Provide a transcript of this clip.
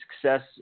success